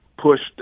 pushed